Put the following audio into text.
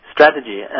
Strategy